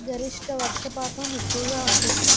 గరిష్ట వర్షపాతం ఎక్కువగా ఉంటుంది